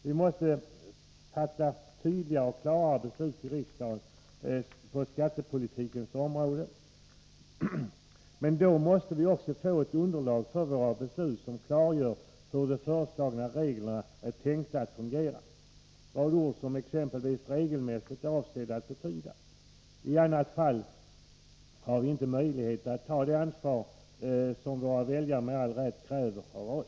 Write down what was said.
Vi måste fatta tydligare och klarare beslut på skattepolitikens område här i riksdagen. Men då måste vi också få ett underlag för våra beslut som klargör hur föreslagna regler är tänkta att fungera och vad ord som ”regelmässigt” är avsedda att betyda. I annat fall får vi inte möjlighet att ta det ansvar som våra 61 väljare med all rätt kräver av oss.